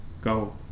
go